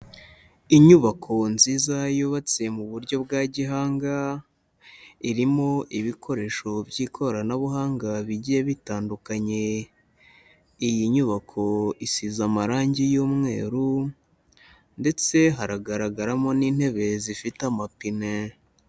Inyubako nziza yubatse mu buryo bwa gihanga, irimo ibikoresho by'ikoranabuhanga bigiye bitandukanye, iyi nyubako isize amarange y'umweru ndetse haragaragaramo n'intebe zifite amapine.